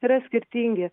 yra skirtingi